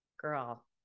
Girl